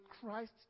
Christ